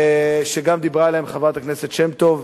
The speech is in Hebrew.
שעליהם גם דיברה חברת הכנסת שמטוב.